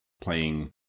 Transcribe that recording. playing